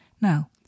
Now